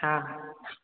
हा